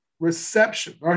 reception